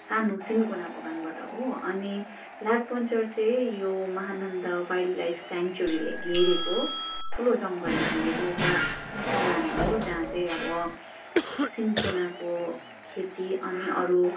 सानो सिन्कोना बगानबाट हो अनि लाठपन्चर चाहिँ यो महानन्द वाइल्ड लाइफ सेङ्चुरीले घेरेको ठुलो जङ्गलले घेरेको एउटा कमान हो जहाँ चाहिँ अब सिन्कोनाको खेती अनि अरू